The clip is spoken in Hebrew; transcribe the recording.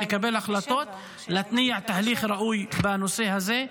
לקבל החלטות ולהתניע תהליך ראוי בנושא הזה.